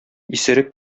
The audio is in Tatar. исерек